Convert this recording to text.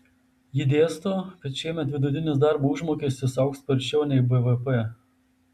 ji dėsto kad šiemet vidutinis darbo užmokestis augs sparčiau nei bvp